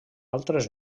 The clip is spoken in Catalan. altres